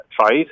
tried